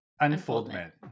Unfoldment